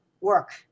work